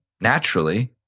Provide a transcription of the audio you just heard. naturally